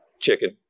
Chicken